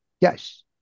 Yes